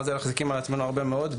מה זה מחזיקים על עצמנו הרבה מאוד?